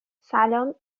سلام